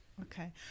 Okay